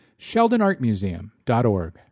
sheldonartmuseum.org